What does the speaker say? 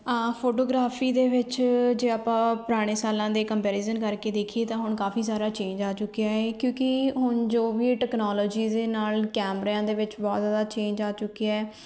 photography ਦੇ ਵਿੱਚ ਜੇ ਆਪਾਂ ਪੁਰਾਣੇ ਸਾਲਾਂ ਦੇ ਕੰਪੈਰੀਜ਼ਨ ਕਰਕੇ ਦੇਖੀਏ ਤਾਂ ਹੁਣ ਕਾਫੀ ਸਾਰਾ ਚੇਂਜ ਆ ਚੁੱਕਿਆ ਹੈ ਕਿਉਂਕਿ ਹੁਣ ਜੋ ਵੀ ਟੈਕਨੋਲੋਜੀ ਦੇ ਨਾਲ ਕੈਮਰਿਆਂ ਦੇ ਵਿੱਚ ਬਹੁਤ ਜ਼ਿਆਦਾ ਚੇਂਜ ਆ ਚੁੱਕਿਆ